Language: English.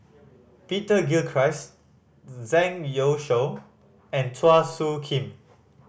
Peter Gilchrist Zhang Youshuo and Chua Soo Khim